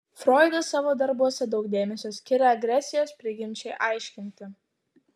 froidas savo darbuose daug dėmesio skiria agresijos prigimčiai aiškinti